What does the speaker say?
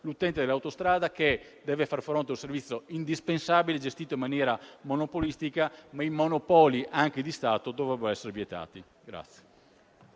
l'utente dell'autostrada, che deve far fronte a un servizio indispensabile gestito in maniera monopolistica, ma i monopoli, anche di Stato, devono essere vietati.